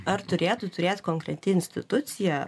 ar turėtų turėt konkreti institucija